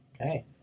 Okay